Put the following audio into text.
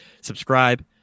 Subscribe